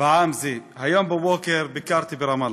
בעם הזה, היום בבוקר ביקרתי ברמאללה.